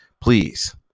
Please